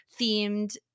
themed